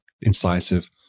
incisive